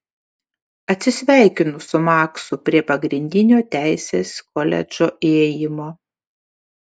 atsisveikinu su maksu prie pagrindinio teisės koledžo įėjimo